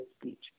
speech